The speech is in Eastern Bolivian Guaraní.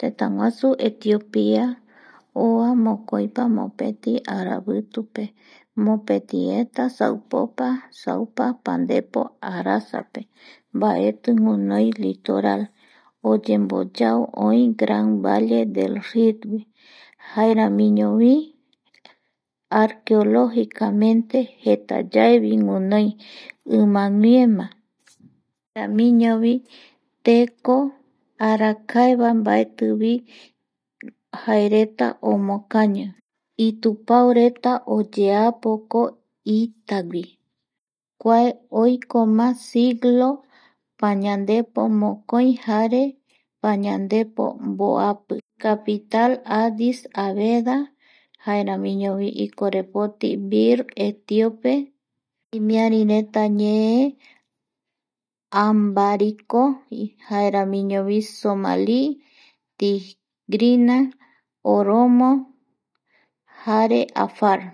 Tëtäguasu etiopia oa mokoipa mopeti aravitupe mopeti saupopa saupa pandepo arasape mbaeti guiinoi litoral oyemboyao oi gran valle del rin jaeramiñovi arqueleogicamente jetayaevi guinoi imayaema jaeramiñovi teko arakaevae mbaetivi jaereta omokañi itupaoreta oyeapoko itagui kua oikoma siglo pañandepo mokoi pañandepo jare mnboapi icapital avis aveda jaeramiñovi ikorepoti vior etipope imiarireta ñee ambariko jaeramiñovi somali tigrina oromo jare afar